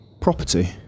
property